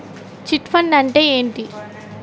Chit fund అంటే ఏంటి?